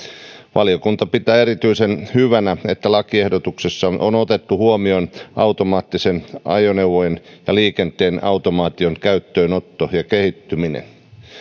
valiokunta pitää erityisen hyvänä että lakiehdotuksessa on otettu huomioon ajoneuvojen ja liikenteen automaation käyttöönotto ja kehittyminen